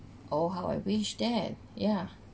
oh how I wish that yeah